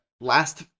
last